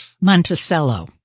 Monticello